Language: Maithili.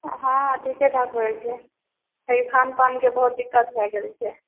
हँ ठीकेठाक होइत छै खानपानके बहुत दिक्कत भए गेल छै